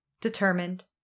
determined